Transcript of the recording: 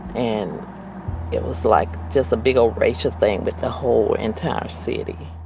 and it was like just a big old racial thing with the whole entire city.